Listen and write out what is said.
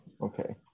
Okay